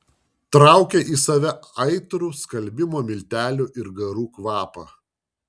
traukė į save aitrų skalbimo miltelių ir garų kvapą